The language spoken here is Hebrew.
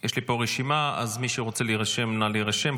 יש לי פה רשימה, אז מי שרוצה להירשם, נא להירשם.